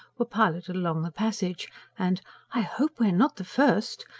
were piloted along the passage and i hope we are not the first!